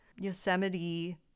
Yosemite